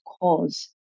cause